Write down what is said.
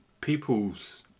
people's